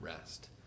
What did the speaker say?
rest